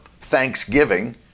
thanksgiving